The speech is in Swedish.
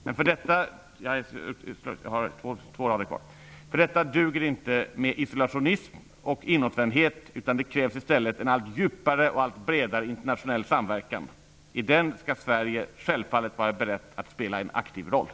Men för detta duger det inte med isolationism och inåtvändhet, utan det krävs i stället en allt djupare och bredare internationell samverkan. I den skall Sverige självfallet vara berett att spela en aktiv roll.